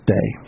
Day